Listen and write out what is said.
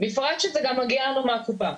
בפרט שזה גם מגיע לנו מהקופה.